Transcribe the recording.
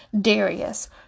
Darius